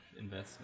investment